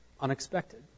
unexpected